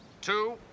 two